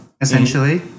essentially